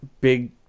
big